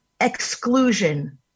exclusion